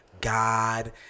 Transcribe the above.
God